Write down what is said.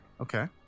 Okay